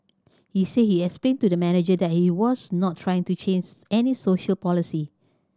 he said he explained to the manager that he was not trying to change any social policy